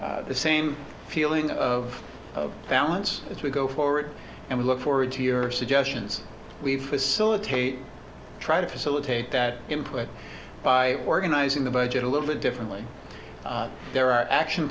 the same feeling of balance as we go forward and we look forward to your suggestions we've facilitate try to facilitate that input by organizing the budget a little bit differently there are action